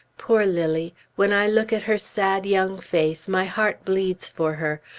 poor lilly! when i look at her sad young face, my heart bleeds for her.